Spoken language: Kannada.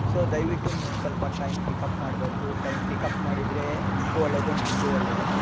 ಸೋ ದಯವಿಟ್ಟು ನೀವು ಸ್ವಲ್ಪ ಟೈಮ್ ಪಿಕಪ್ ಮಾಡಬೇಕು ಟೈಮ್ ಪಿಕಪ್ ಮಾಡಿದರೆ ನಿಮಗೂ ಒಳ್ಳೇದು ನನಗೂ ಒಳ್ಳೇದು